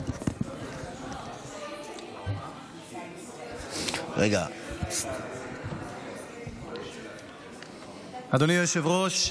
אדוני היושב-ראש,